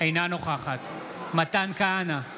אינה נוכחת מתן כהנא,